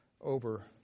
over